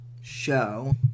show